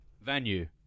Venue